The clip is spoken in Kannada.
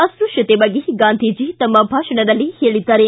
ಅಸ್ತ್ಯಶ್ವತೆ ಬಗ್ಗೆ ಗಾಂಧೀಜಿ ತಮ್ಮ ಭಾಷಣದಲ್ಲಿ ಹೇಳಿದ್ದಾರೆ